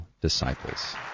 disciples